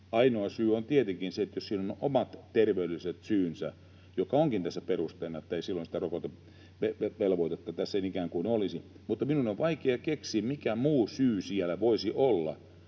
Ainoa syy on tietenkin se, että siihen on omat terveydelliset syynsä, jotka ovatkin tässä perusteena, ettei silloin sitä rokotevelvoitetta tässä olisi. Mutta minun on vaikea keksiä, mikä muu syy siellä voisi olla.